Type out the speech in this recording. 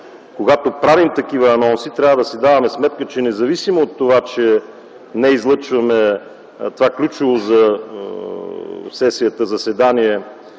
Когато правим такива анонси, трябва да си даваме сметка, че независимо от това, че не излъчваме това ключово за сесията заседание